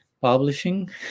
publishing